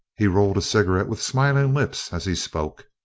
he rolled a cigarette with smiling lips as he spoke,